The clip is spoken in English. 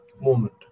moment